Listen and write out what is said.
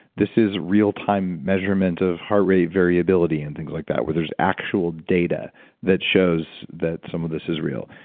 this is real-time measurement of heart rate variability and things like that where there is actual data that shows that some of this is real.